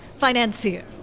Financier